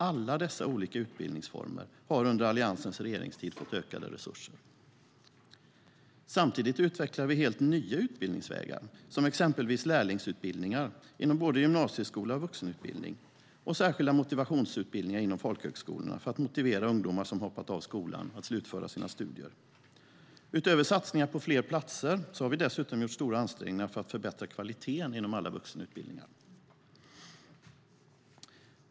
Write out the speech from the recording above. Alla dessa olika utbildningsformer har under Alliansens regeringstid fått ökade resurser. Samtidigt utvecklar vi helt nya utbildningsvägar som exempelvis lärlingsutbildningar inom både gymnasieskola och vuxenutbildning och särskilda motivationsutbildningar inom folkhögskolorna för att motivera ungdomar som hoppat av skolan att slutföra sina studier. Utöver satsningar på fler platser har vi gjort stora ansträngningar för att förbättra kvaliteten inom alla vuxenutbildningar.